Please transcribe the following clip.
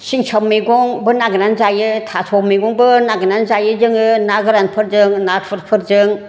सिंसाब मैगंबो नागिरनानै जायो थास' मैगंबो नागिरनानै जायो जोङो ना गोरानफोरजों नाथुरफोरजों